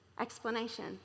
explanation